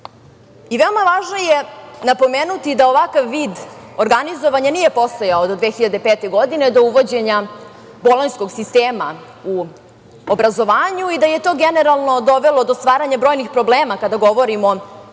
Veoma važno je napomenuti da ovakav vid organizovanja nije postojao od 2005. godine do uvođenja Bolonjskog sistema u obrazovanju i da je to generalno dovelo do staranja brojnih problema, kada govorimo o